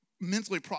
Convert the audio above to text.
mentally